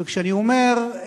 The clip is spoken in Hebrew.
וכשאני אומר,